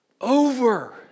over